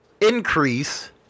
increase